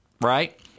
right